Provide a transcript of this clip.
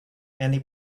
many